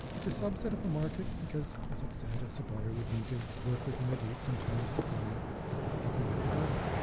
it's a subset of a market because, as i've said, a supplier would need to work within the dates and terms to find at the market level.